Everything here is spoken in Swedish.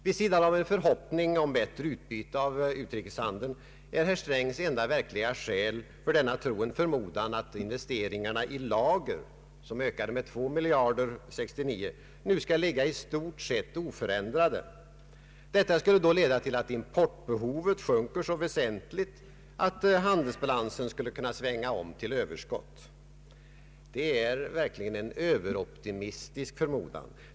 Vid sidan av en förhoppning om bättre utbyte av utrikeshandeln är herr Strängs enda verkliga skäl för denna tro en förmodan att investeringarna i lager, som ökade med 2 miljarder under år 1969, nu skall ligga i stort sett oförändrade. Detta skulle då leda till att importbehovet sjunker så väsentligt att handelsbalansen skulle kunna svänga om till överskott. Det är en överoptimistisk förmodan.